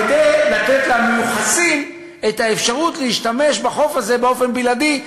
כדי לתת למיוחסים את האפשרות להשתמש בחוף הזה באופן בלעדי,